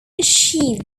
achieved